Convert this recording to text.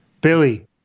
Billy